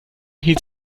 hielt